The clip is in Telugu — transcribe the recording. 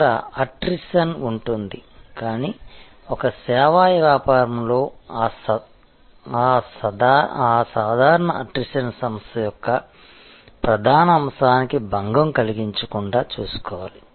అక్కడ అట్రిషన్ ఉంటుంది కానీ ఒక సేవా వ్యాపారంలో ఆ సాధారణ అట్రిషన్ సంస్థ యొక్క ప్రధాన అంశానికి భంగం కలిగించకుండా చూసుకోవాలి